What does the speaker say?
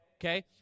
okay